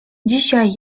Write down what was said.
dzisiaj